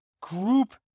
group